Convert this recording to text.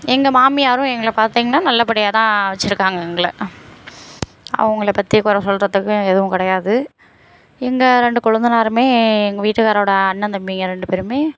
எங்கள் மாமியாரும் எங்களை பார்த்தீங்கன்னா நல்லபடியாக தான் வெச்சுருக்காங்க எங்களை அவங்கள பற்றி கொறை சொல்கிறதுக்கும் எதுவும் கிடையாது எங்கள் ரெண்டு கொழுந்தனாருமே எங்கள் வீட்டுக்காரோடய அண்ணன் தம்பிங்க ரெண்டு பேருமே